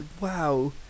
wow